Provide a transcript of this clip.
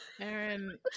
Aaron